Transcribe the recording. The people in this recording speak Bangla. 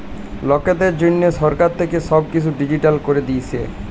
লকদের জনহ সরকার থাক্যে সব কিসু ডিজিটাল ক্যরে দিয়েসে